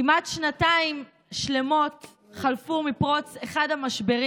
כמעט שנתיים שלמות חלפו מפרוץ אחד המשברים